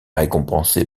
récompensé